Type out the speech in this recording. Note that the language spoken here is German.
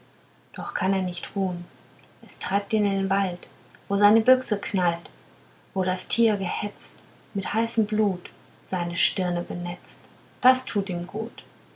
doch kann er nicht ruhn es treibt ihn in den wald wo seine büchse knallt wo das tier gehetzt mit heißem blut seine stirne benetzt das tut ihm gut